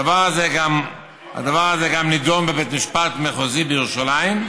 הדבר הזה נדון גם בבית משפט מחוזי בירושלים.